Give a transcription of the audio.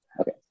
Okay